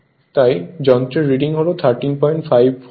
তাই যন্ত্রের রিডিং হল 135 ভোল্ট